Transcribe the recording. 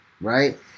right